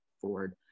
forward